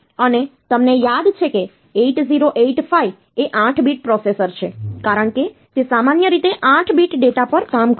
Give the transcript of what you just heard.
અને તમને યાદ છે કે 8085 એ 8 bit પ્રોસેસર છે કારણ કે તે સામાન્ય રીતે 8 બીટ ડેટા પર કામ કરે છે